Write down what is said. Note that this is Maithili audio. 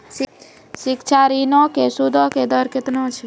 शिक्षा ऋणो के सूदो के दर केतना छै?